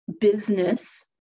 business